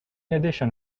addition